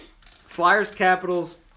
Flyers-Capitals